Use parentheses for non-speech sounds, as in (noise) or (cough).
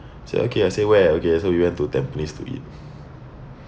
so okay I say where okay so we went to tampines to eat (breath)